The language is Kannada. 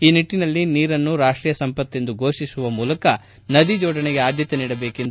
ಆ ನಿಟ್ಟನಲ್ಲಿ ನೀರನ್ನು ರಾಷ್ಟೀಯ ಸಂಪತ್ತೆಂದು ಘೋಷಿಸುವ ಮೂಲಕ ನದಿ ಜೋಡಣೆಗೆ ಆದ್ಯತೆ ನೀಡಬೇಕು ಎಂದರು